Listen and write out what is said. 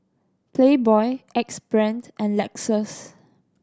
Playboy Axe Brand and Lexus